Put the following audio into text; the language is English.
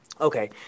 Okay